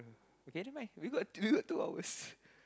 okay never mind we got we got two hours